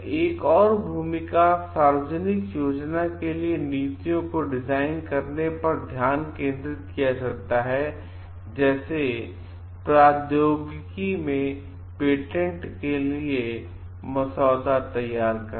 एक और भूमिका सार्वजनिक योजना के लिए नीतियों को डिजाइन करने पर ध्यान केंद्रित किया जा सकता है जैसे प्रौद्योगिकी में पेटेंट के लिए मसौदा तैयार करना